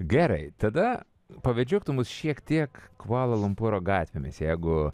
gerai tada pavedžiok tu mus šiek tiek kvala lumpūro gatvėmis jeigu